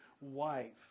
wife